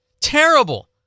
Terrible